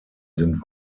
sind